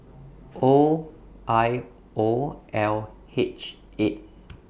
O I O L H eight